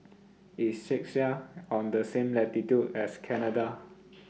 IS Czechia on The same latitude as Canada